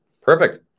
Perfect